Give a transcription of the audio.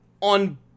on